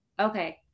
Okay